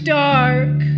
dark